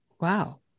wow